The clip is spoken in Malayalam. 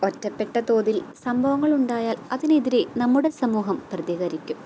ഒറ്റപ്പെട്ട തോതിൽ സംഭവങ്ങൾ ഉണ്ടായാൽ അതിനെതിരെ നമ്മുടെ സമൂഹം പ്രതികരിക്കും